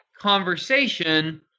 conversation